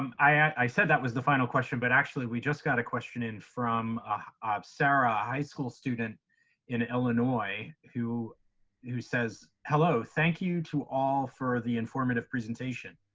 i said that was the final question, but actually we just got a question in from ah sarah, a high school student in illinois, who who says, hello, thank you to all form the informative presentation.